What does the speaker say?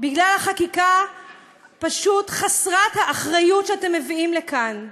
בגלל החקיקה חסרת האחריות שאתם מביאים לכאן.